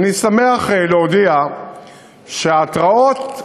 אני שמח להודיע שההתרעות התבדו.